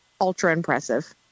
ultra-impressive